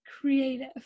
creative